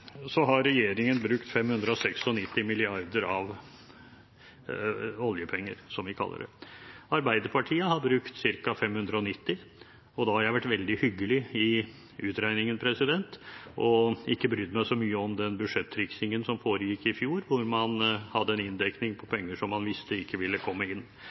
har regjeringen brukt 596 mrd. kr av oljepengene, som vi kaller det. Arbeiderpartiet har brukt ca. 590 mrd. kr – og nå har jeg vært veldig hyggelig i utregningen og ikke brydd meg så mye om den budsjettriksingen som foregikk i fjor, da man hadde en inndekning på penger som man visste ikke ville komme inn,